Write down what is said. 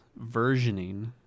versioning